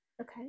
Okay